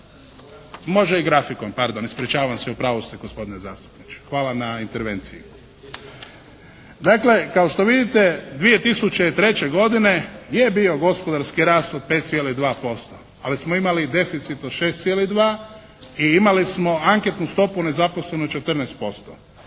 Može i grafikon, pardon, ispričavam se, u pravu ste gospodine zastupniče. Hvala na intervenciji. Dakle, kao što vidite 2003. godine je bio gospodarski rast od 5,2%, ali smo imali deficit od 6,2 i imali smo anketnu stopu nezaposleno 14%.